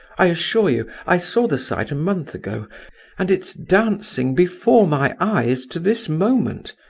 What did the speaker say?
i assure you, i saw the sight a month ago and it's dancing before my eyes to this moment.